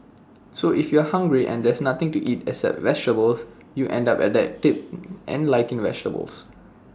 so if you are hungry and there's nothing to eat except vegetables you end up adapting and liking vegetables